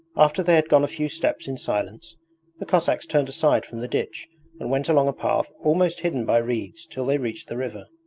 after they had gone a few steps in silence the cossacks turned aside from the ditch and went along a path almost hidden by reeds till they reached the river.